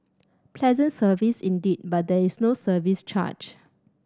pleasant service indeed but there is no service charge